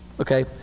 okay